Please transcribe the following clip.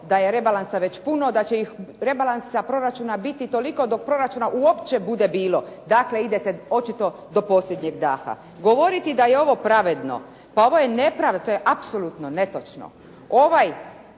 da je rebalansa već puno, da će rebalansa proračuna biti toliko dok proračuna uopće bude bilo. Dakle, idete očito do posljednjeg daha. Govoriti daje ovo pravedno. Pa je ovo nepravda, to je apsolutno netočno. Ovaj